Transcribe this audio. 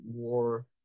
more